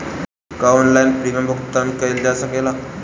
का online premium भुगतान कईल जा सकेला?